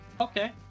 Okay